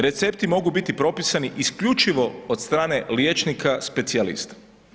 Recepti mogu biti propisani isključivo od strane liječnika specijalista.